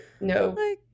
no